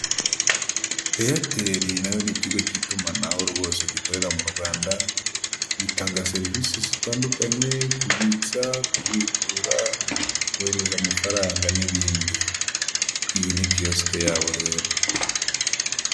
Abantu batandukanye barimo abagore n'abagabo bari mu cyumba cyabugenewe gukorerwamo inama kirimo ameza yabugenewe ndetse n'intebe z'umukara zicayemo abo bantu bafite n'ama mashini bari kwiga ku kibazo runaka cyabahurije aho hantu.